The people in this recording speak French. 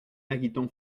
mariton